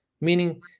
meaning